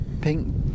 pink